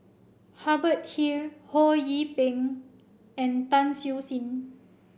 Hubert Hill Ho Yee Ping and Tan Siew Sin